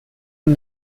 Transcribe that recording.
and